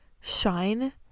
Shine